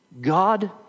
God